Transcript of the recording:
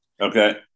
Okay